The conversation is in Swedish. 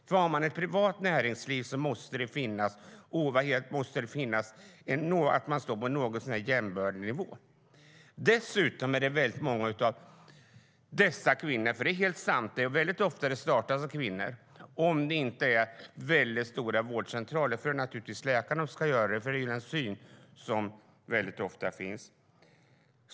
Finns det ett privat näringsliv måste det ju finnas möjlighet att stå på något så när jämbördig nivå. Det är helt sant att dessa företag ofta startas av kvinnor, om det inte handlar om mycket stora vårdcentraler, för då är det naturligtvis läkarna som ska göra det - det är den syn som ofta finns.